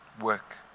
work